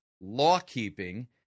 law-keeping